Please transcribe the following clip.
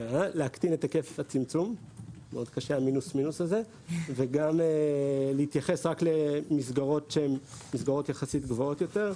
את היקף הצמצום וגם להתייחס רק למסגרות שהן מסגרות יחסית גבוהות יותר.